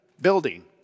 building